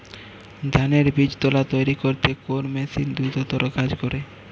ধানের বীজতলা তৈরি করতে কোন মেশিন দ্রুততর কাজ করে?